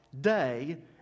day